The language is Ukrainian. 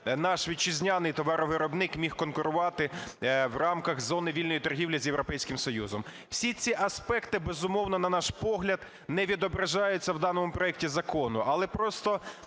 наш вітчизняний товаровиробник міг конкурувати в рамках зони вільної торгівлі з Європейським Союзом. Всі ці аспекти, безумовно, на наш погляд, не відображаються в даному проекті закону,